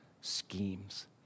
schemes